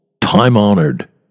time-honored